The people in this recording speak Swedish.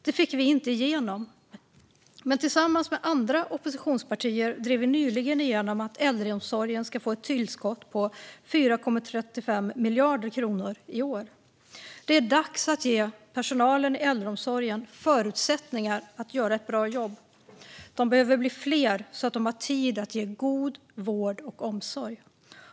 Detta fick vi inte igenom, men tillsammans med andra oppositionspartier drev vi nyligen igenom att äldreomsorgen ska få ett tillskott på 4,35 miljarder kronor i år. Det är dags att ge personalen i äldreomsorgen förutsättningar att göra ett bra jobb. De behöver bli fler så att de har tid att ge god vård och omsorg.